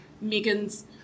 Megan's